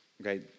okay